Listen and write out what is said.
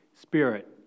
Spirit